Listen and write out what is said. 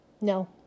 No